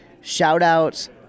shout-outs